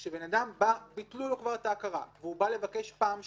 כשביטלו לבן אדם את ההכרה, הוא בא לבקש פעם שנייה.